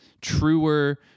truer